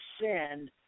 sin